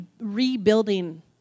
rebuilding